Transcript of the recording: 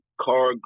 car